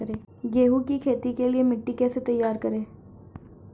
गेहूँ की खेती के लिए मिट्टी कैसे तैयार करें?